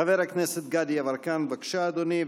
חבר הכנסת גדי יברקן, בבקשה, אדוני.